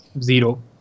zero